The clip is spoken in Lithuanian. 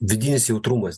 vidinis jautrumas